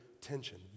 tension